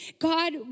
God